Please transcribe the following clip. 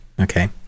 Okay